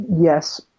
Yes